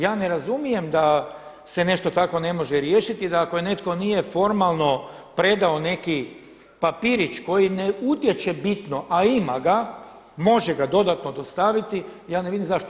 Ja ne razumijem da nešto tako se ne može riješiti da ako netko nije formalno predao neki papirić koji ne utječe bitno a ima može ga dodatno dostaviti ja ne vidim zašto.